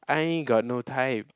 I ain't got no time